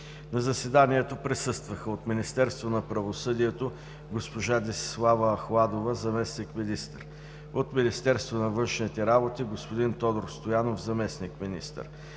На заседанието присъстваха: от Министерството на правосъдието: госпожа Десислава Ахладова – заместник-министър; от Министерството на външните работи: господин Тодор Стоянов – заместник-министър,